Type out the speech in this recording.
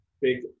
big